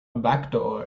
backdoor